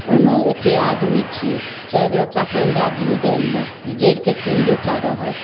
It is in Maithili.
ओहिमे एतेक आदमी छिए चारि लोटा पानि दऽ दिऔ दालिमे जे जरिकऽ तीन लोटा रहत